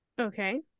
Okay